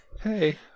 Hey